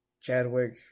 Chadwick